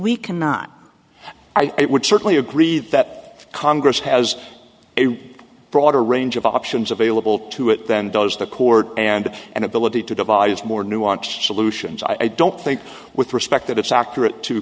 we cannot i would certainly agree that congress has a broader range of options available to it than does the court and an ability to devise more nuanced solutions i don't think with respect that accurate to